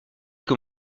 que